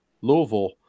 Louisville